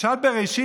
פרשת בראשית,